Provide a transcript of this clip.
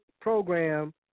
Program